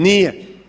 Nije.